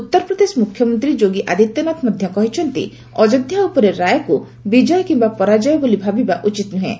ଉତ୍ତରପ୍ରଦେଶ ମୁଖ୍ୟମନ୍ତ୍ରୀ ଯୋଗୀ ଆଦିତ୍ୟନାଥ ମଧ୍ୟ କହିଛନ୍ତି ଅଯୋଧ୍ୟା ଉପରେ ରାୟକୁ ବିଜୟ କିମ୍ବା ପରାଜୟ ବୋଲି ଭାବିବା ଉଚିତ ନୁହେଁ